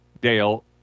Dale